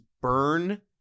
burn